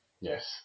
Yes